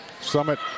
Summit